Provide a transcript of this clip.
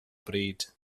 bryd